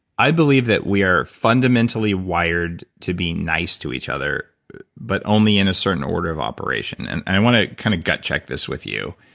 i believe that we are fundamentally wired to be nice to each other but only in a certain order of operation. and i want to kind of gut check this with you.